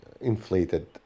inflated